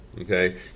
Okay